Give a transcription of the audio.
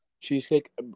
Cheesecake